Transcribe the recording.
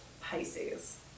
Pisces